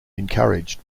encouraged